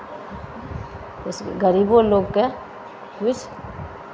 गरीबो लोककेँ किछु